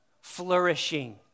flourishing